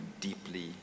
deeply